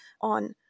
on